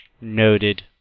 noted